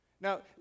Now